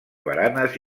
baranes